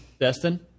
Destin